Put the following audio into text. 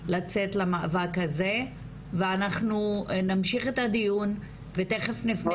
לצאת למאבק הזה ואנחנו נמשיך את הדיון ותיכף נפנה